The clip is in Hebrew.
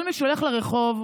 כל מי שהולך ברחוב,